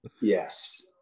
Yes